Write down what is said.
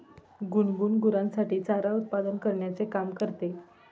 गुनगुन गुरांसाठी चारा उत्पादन करण्याचे काम करते